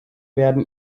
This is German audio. werden